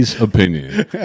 opinion